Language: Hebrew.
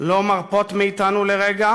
לא מרפות מאתנו לרגע